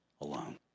alone